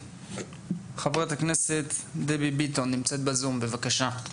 חברת הכנסת דבי ביטון נמצאת בזום בבקשה.